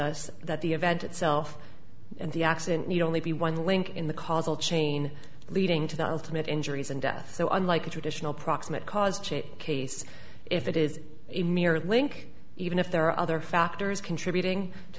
us that the event itself and the accident need only be one link in the causal chain leading to the ultimate injuries and death so unlike a traditional proximate cause chait case if it is a mere link even if there are other factors contributing to